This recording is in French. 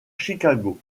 chicago